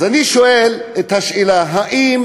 אז אני שואל את השאלה: האם